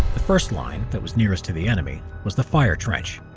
the first line, that was nearest to the enemy was the fire trench,